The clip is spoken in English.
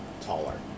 taller